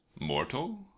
mortal